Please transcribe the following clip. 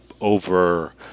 over